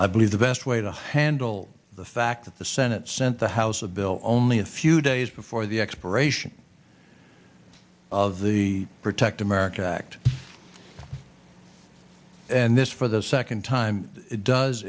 i believe the best way to handle the fact that the senate sent the house a bill only a few days before the expiration of the protect america act and this for the second time does